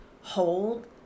hold